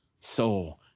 soul